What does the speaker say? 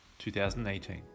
2018